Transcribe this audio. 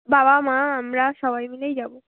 বাবা মা আমরা সবাই মিলেই যাবো